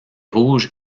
rouge